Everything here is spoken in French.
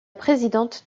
présidente